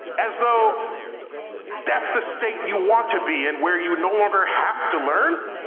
as though that's the state you want to be in, where you no longer have to learn.